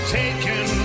taken